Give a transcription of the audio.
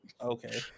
Okay